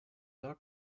dogs